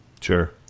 sure